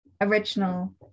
original